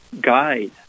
guide